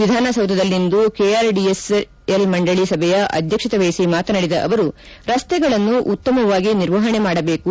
ವಿಧಾನಸೌಧದಲ್ಲಿಂದು ಕೆಆರ್ಡಿಸಿಎಲ್ ಮಂಡಳ ಸಭೆಯ ಅಧ್ಯಕ್ಷತೆ ವಹಿಸಿ ಮಾತನಾಡಿದ ಅವರು ರಸ್ತೆಗಳನ್ನು ಉತ್ತಮವಾಗಿ ನಿರ್ವಹಣೆ ಮಾಡಬೇಕು